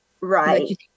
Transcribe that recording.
Right